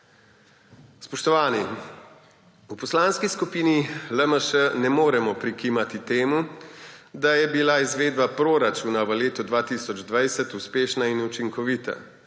Spoštovani! V poslanski skupini LMŠ ne moremo prikimati temu, da je bila izvedba proračuna v letu 2020 uspešna in učinkovita,